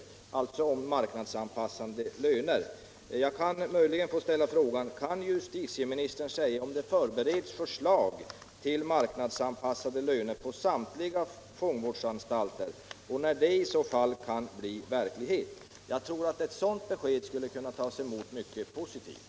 Kravet gäller alltså marknadsanpassade löner. Jag ställer frågan: Kan justitieministern säga om det förbereds förslag till marknadsanpassade löner på samtliga fångvårdsanstalter, och när kan det förslaget i så fall bli verklighet? Jag tror att ett sådant besked Nr 38 skulle tas emot mycket positivt.